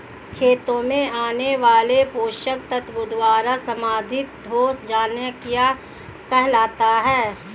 खेतों में आने वाले पोषक तत्वों द्वारा समृद्धि हो जाना क्या कहलाता है?